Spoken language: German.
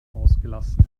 ausgelassen